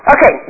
Okay